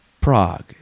Prague